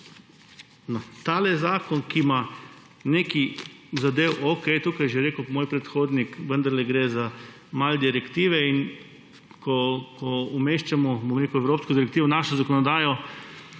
na tale zakon, ki ima nekaj zadev – okej, tukaj je že rekel moj predhodnik, vendarle gre za malo direktive, in ko umeščamo evropsko direktivo v našo zakonodajo,